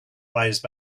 wise